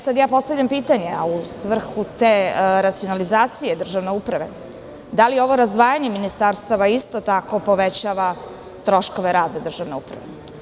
Sada postavljam pitanje, a u svrhu te racionalizacije državne uprave – da li ovo razdvajanje ministarstava isto tako povećava troškove rada državne uprave.